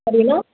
ಅದೇನು